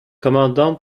commandant